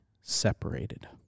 separated